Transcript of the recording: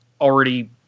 already